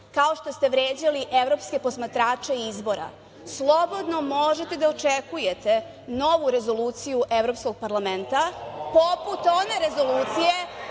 kao što ste vređali evropske posmatrače izbora, slobodno možete da očekujete novu rezoluciju Evropskog parlamenta poput one rezolucije